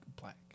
black